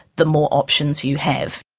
the more options you have.